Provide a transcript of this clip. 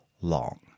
long